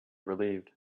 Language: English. relieved